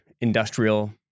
industrial